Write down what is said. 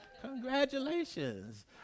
Congratulations